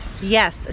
yes